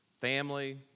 family